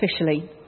officially